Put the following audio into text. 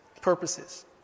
purposes